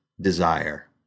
desire